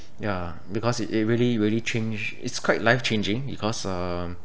ya because it they really really change it's quite life-changing because um